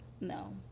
no